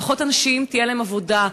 ופחות אנשים תהיה להם עבודה.